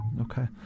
Okay